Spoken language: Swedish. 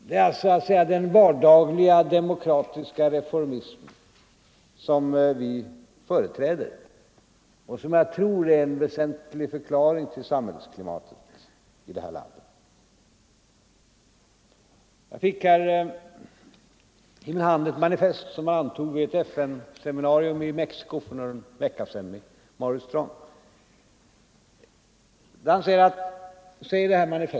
Det är så att säga den vardagliga demokratiska reformism som vi företräder och som jag tror är en väsentlig förklaring till samhällsklimatet i det här landet. Jag fick här i min hand ett manifest som antogs vid ett FN-seminarium i Mexico för någon vecka sedan och som Maurice Strong sände mig.